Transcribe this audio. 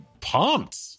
pumped